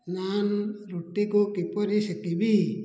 ନାନ୍ ରୁଟିକୁ କିପରି ସେକିବି